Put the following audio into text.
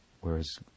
whereas